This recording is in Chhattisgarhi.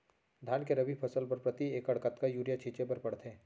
धान के रबि फसल बर प्रति एकड़ कतका यूरिया छिंचे बर पड़थे?